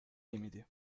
limiti